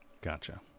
Gotcha